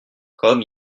comme